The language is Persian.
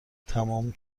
تمام